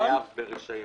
שהוא חייב ברישיון.